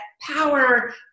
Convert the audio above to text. power